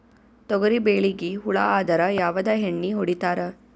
ತೊಗರಿಬೇಳಿಗಿ ಹುಳ ಆದರ ಯಾವದ ಎಣ್ಣಿ ಹೊಡಿತ್ತಾರ?